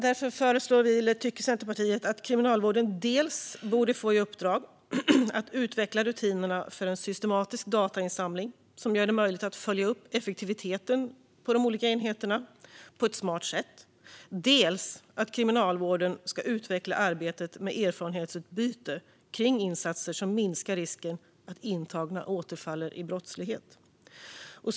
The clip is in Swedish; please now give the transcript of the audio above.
Av detta skäl tycker Centerpartiet att Kriminalvården dels borde få i uppdrag att utveckla rutinerna för en systematisk datainsamling som gör det möjligt att på ett smart sätt följa upp effektiviteten på de olika enheterna, dels ska utveckla arbetet med erfarenhetsutbyte av insatser som minskar risken att intagna återfaller i brottslighet.